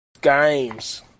Games